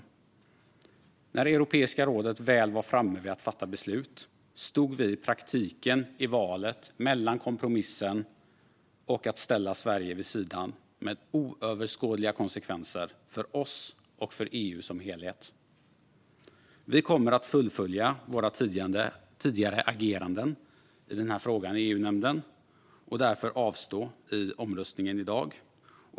När Europeiska rådet väl var framme vid att fatta beslut stod vi i praktiken i valet mellan kompromissen och att ställa Sverige vid sidan, med oöverskådliga konsekvenser för oss och för EU som helhet. Vi kommer att fullfölja våra tidigare ageranden i EU-nämnden i den här frågan och därför avstå i omröstningen i dag.